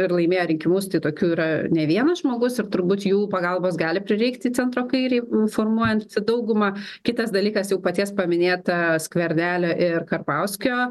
ir laimėjo rinkimus tai tokių yra ne vienas žmogus ir turbūt jų pagalbos gali prireikti centro kairei formuojant daugumą kitas dalykas jau paties paminėta skvernelio ir karbauskio